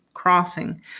Crossing